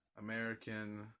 American